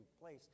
place